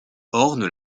ornent